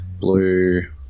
Blue